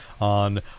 on